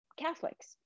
Catholics